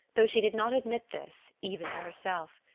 though she did not admit this, even to herself.